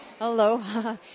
Aloha